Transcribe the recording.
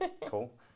Cool